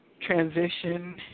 transition